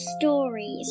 stories